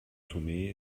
tomé